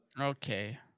okay